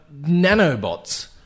Nanobots